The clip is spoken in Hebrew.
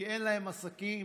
כי אין להם עסקים